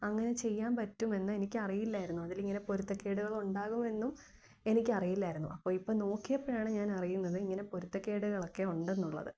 അങ്ങനെ ചെയ്യാമ്പറ്റുമെന്ന് എനിക്കറിയില്ലായിരുന്നു അതിലിങ്ങനെ പൊരുത്തക്കേടുകളുണ്ടാകുമെന്നും എനിക്കറിയില്ലായിരുന്നു അപ്പോള് ഇപ്പോള് നോക്കിയപ്പോഴാണ് ഞാനറിയുന്നത് ഇങ്ങനെ പൊരുത്തക്കേടുകളൊക്കെ ഉണ്ടെന്നുള്ളത്